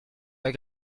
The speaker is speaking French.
pas